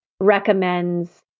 recommends